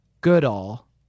Goodall